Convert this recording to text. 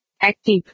Active